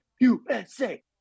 USA